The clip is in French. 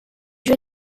jeux